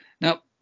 Now